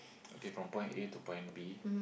okay from point A to point B